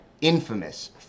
infamous